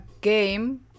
game